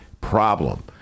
problem